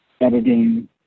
editing